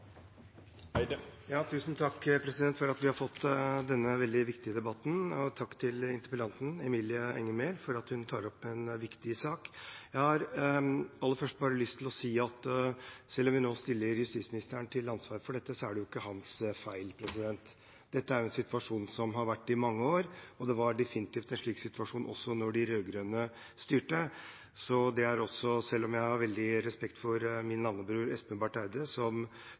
Tusen takk for at vi har fått denne veldig viktige debatten, og takk til interpellanten, Emilie Enger Mehl, for at hun tar opp en viktig sak. Jeg har aller først lyst til å si at selv om vi nå stiller justisministeren til ansvar for dette, er det ikke hans feil. Dette er en situasjon som har vart i mange år, og det var definitivt en slik situasjon også da de rød-grønne styrte. Selv om jeg har stor respekt for min navnebror Espen Barth Eide, som